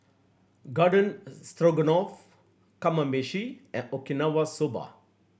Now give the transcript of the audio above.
Garden Stroganoff Kamameshi and Okinawa Soba